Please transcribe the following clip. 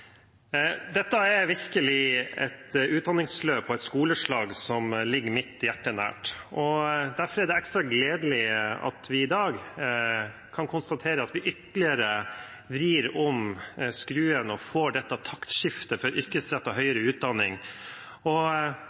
Dette er virkelig et utdanningsløp og et skoleslag som ligger mitt hjerte nært. Derfor er det ekstra gledelig at vi i dag kan konstatere at vi ytterligere vrir om skruen og får dette taktskiftet for yrkesrettet høyere utdanning.